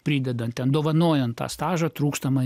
pridedant ten dovanojant tą stažą trūkstamą